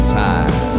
time